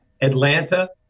Atlanta